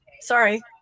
Sorry